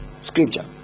scripture